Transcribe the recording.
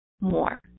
more